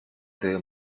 debe